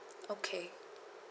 okay